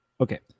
Okay